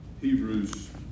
Hebrews